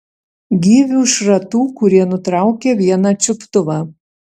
gyvių šratų kurie nutraukė vieną čiuptuvą